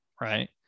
right